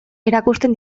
erakusten